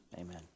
Amen